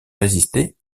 résisté